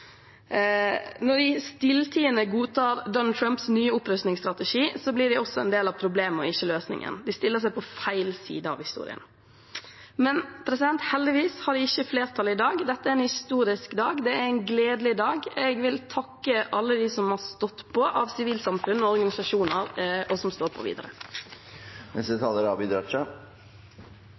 Når de stilltiende godtar Donald Trumps nye opprustningsstrategi, blir de også en del av problemet og ikke løsningen. De stiller seg på feil side av historien. Heldigvis har de ikke flertall i dag. Dette er en historisk dag. Det er en gledelig dag. Jeg vil takke alle dem som har stått på, i sivilsamfunnet og i organisasjoner, og som står på videre.